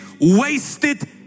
wasted